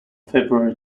february